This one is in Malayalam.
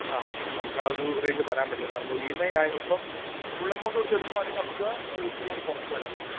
ആ നമുക്ക് ആ ഒരു റേറ്റിലെ തരാൻ പറ്റുകയുള്ളൂ കാരണം ഇപ്പോള് ഇ എം ഐ ആയതുകൊണ്ട് ഇപ്പം ഫുള് എമൗണ്ട് കൊടുത്തെടുക്കുകയാണെങ്കില് നമുക്ക് ഇത്തിരി കൂടെ കുറച്ചു തരാന് പറ്റുമായിരുന്നു